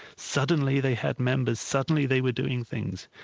suddenly they had members, suddenly they were doing things.